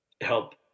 help